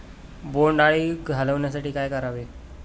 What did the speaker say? बोंडअळी घालवण्यासाठी काय करावे?